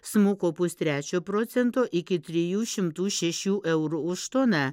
smuko pustrečio procento iki trijų šimtų šešių eurų už toną